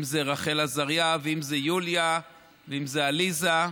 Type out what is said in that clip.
אם זו רחל עזריה, אם זו יוליה ואם זו עליזה,